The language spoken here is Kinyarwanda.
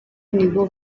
nibo